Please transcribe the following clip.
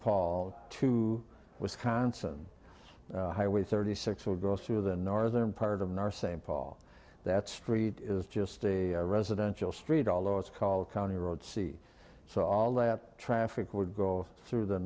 paul to wisconsin highway thirty six will go through the northern part of our st paul that street is just a residential street although it's called county road c so all that traffic would go through the